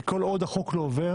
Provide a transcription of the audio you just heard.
כי כל עוד החוק לא עובר